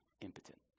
impotent